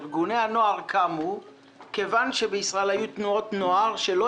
ארגוני הנוער קמו כיוון שבישראל היו תנועות נוער שלא